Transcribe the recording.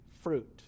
fruit